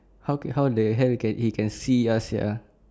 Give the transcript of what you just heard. how can how the hell can he can see us sia